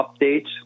updates